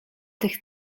tych